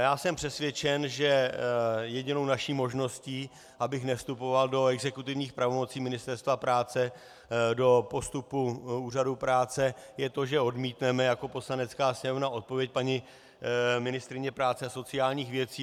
Já jsem přesvědčen, že jedinou naší možností, abych nevstupoval do exekutivních pravomocí Ministerstva práce, do postupu úřadu práce, je to, že odmítneme jako Poslanecká sněmovna odpověď paní ministryně práce a sociálních věcí.